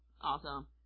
Awesome